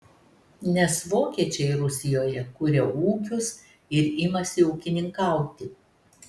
nes vokiečiai rusijoje kuria ūkius ir imasi ūkininkauti